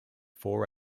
four